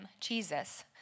Jesus